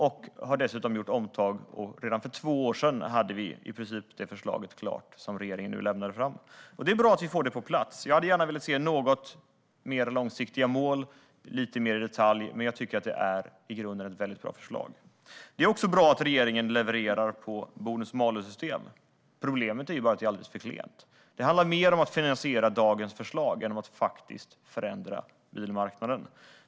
Vi har dessutom gjort omtag, och redan för två år sedan hade vi i princip samma förslag som det regeringen nu lägger fram. Det är bra att vi får det på plats. Jag hade gärna velat se något mer långsiktiga mål lite mer i detalj, men jag tycker att det är ett i grunden väldigt bra förslag. Det är också bra att regeringen levererar när det gäller bonus-malus-systemet. Problemet är bara att det är alldeles för klent. Det handlar mer om att finansiera dagens förslag än om att faktiskt förändra bilmarknaden.